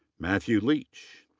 matthew leach.